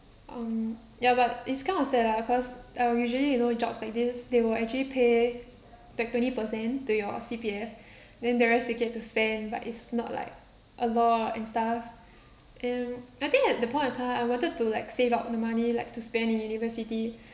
um ya but it's kind of sad lah cause uh usually you know jobs like this they will actually pay like twenty percent to your C_P_F then the rest you get to spend but it's not like a lot and stuff and I think at that point of time I wanted to like save up the money like to spend in university